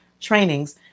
trainings